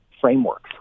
frameworks